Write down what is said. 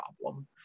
problem